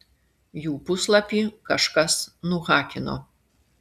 jų puslapį kažkas nuhakino